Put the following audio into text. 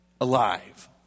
alive